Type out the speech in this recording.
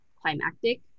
climactic